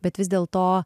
bet vis dėlto